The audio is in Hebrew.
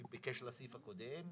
דוקטור בן דב רצתה להתייחס לזה.